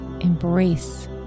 embrace